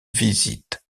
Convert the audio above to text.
visite